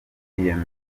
yiyemeza